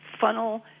funnel